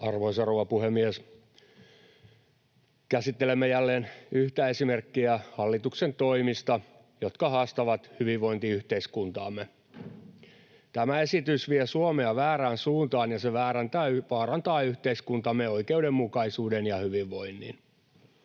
Arvoisa rouva puhemies! Käsittelemme jälleen yhtä esimerkkiä hallituksen toimista, jotka haastavat hyvinvointiyhteiskuntaamme. Tämä esitys vie Suomea väärään suuntaan, ja se vaarantaa yhteiskuntamme oikeudenmukaisuuden ja hyvinvoinnin.